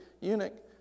eunuch